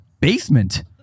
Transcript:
basement